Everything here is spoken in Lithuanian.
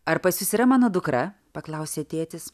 ar pas jus yra mano dukra paklausė tėtis